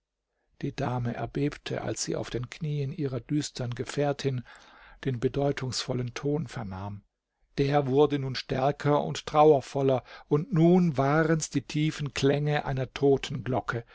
die dame erbebte als sie auf den knieen ihrer düstern gefährtin den bedeutungsvollen ton vernahm der wurde nun stärker und trauervoller und nun warens die tiefen klänge einer